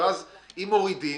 ואז אם מורידים,